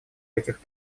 этих